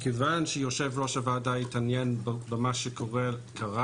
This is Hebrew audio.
מכיוון שיושב-ראש הוועדה התעניין במה שקרה